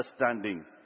understanding